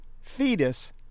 fetus